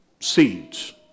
seeds